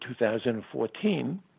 2014